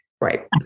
Right